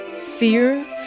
Fear